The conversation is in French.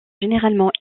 généralement